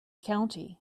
county